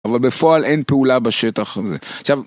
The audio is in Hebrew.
אבל בפועל אין פעולה בשטח הזה, עכשיו